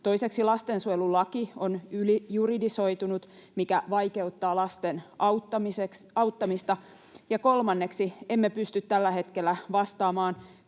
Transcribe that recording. Toiseksi lastensuojelulaki on ylijuridisoitunut, mikä vaikeuttaa lasten auttamista, ja kolmanneksi emme pysty tällä hetkellä vastaamaan